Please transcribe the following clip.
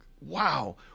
Wow